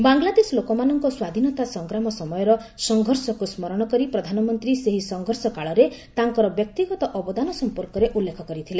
ବାଂଲାଦେଶ ଲୋକମାନଙ୍କ ସ୍ୱାଧୀନତା ସଂଗ୍ରାମ ସମୟର ସଂଘର୍ଷକୁ ସ୍ମରଣ କରି ପ୍ରଧାନମନ୍ତ୍ରୀ ସେହି ସଂଘର୍ଷ କାଳରେ ତାଙ୍କର ବ୍ୟକ୍ତିଗତ ଅବଦାନ ସମ୍ପର୍କରେ ଉଲ୍ଲେଖ କରିଥିଲେ